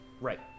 right